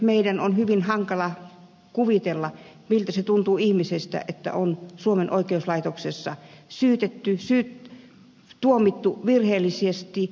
meidän on tietenkin hyvin hankala kuvitella miltä ihmisestä tuntuu se että on suomen oikeuslaitoksessa tuomittu virheellisesti